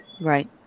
Right